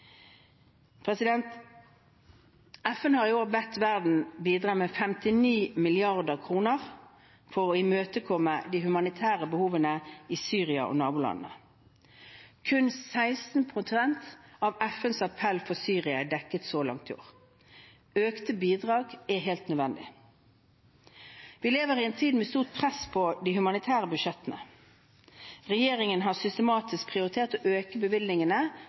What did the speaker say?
FN har i år bedt verden bidra med 59 mrd. kr for å imøtekomme de humanitære behovene i Syria og nabolandene. Kun 16 pst. av FNs appell for Syria er dekket så langt i år. Økte bidrag er helt nødvendig. Vi lever i en tid med stort press på de humanitære budsjettene. Regjeringen har systematisk prioritert å øke bevilgningene